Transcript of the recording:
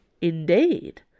Indeed